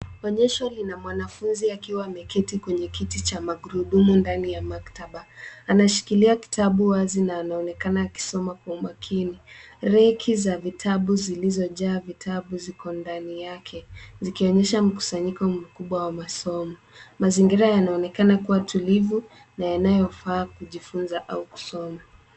Onyesho lina mwanafunzi akiwa ameketi kwenye kiti cha magurudumu ndani ya maktaba. Anashikilia kitabu wazi na anaonekana akisoma kwa umakini. Reki za vitabu zilizojaa vitabu ziko ndani yake zikionyesha mkusanyiko mkubwa wa masomo. Mazingira yanaonekana kuwa tulivu na yanayofaa kujifunza au kusoma.